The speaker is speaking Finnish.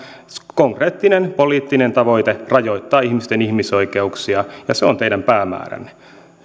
konkreettinen poliittinen tavoite rajoittaa ihmisten ihmisoikeuksia ja se on teidän päämääränne